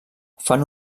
fan